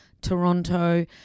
Toronto